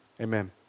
Amen